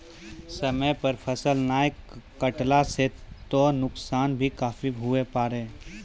समय पर फसल नाय कटला सॅ त नुकसान भी काफी हुए पारै